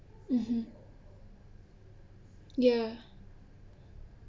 mmhmm ya